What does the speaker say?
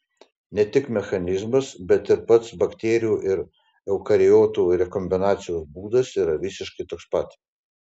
ne tik mechanizmas bet ir pats bakterijų ir eukariotų rekombinacijos būdas yra visiškai toks pat